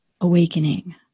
awakening